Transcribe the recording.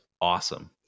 awesome